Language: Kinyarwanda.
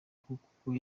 kuko